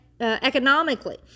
economically